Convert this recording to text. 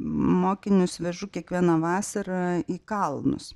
mokinius vežu kiekvieną vasarą į kalnus